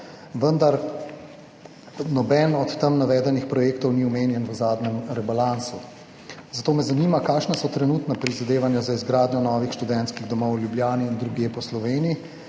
vendar nobeden od tam navedenih projektov ni omenjen v zadnjem rebalansu. Zato me zanima: Kakšna so trenutna prizadevanja za izgradnjo novih študentskih domov v Ljubljani in drugje po Sloveniji?